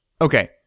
Okay